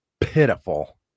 pitiful